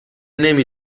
نمی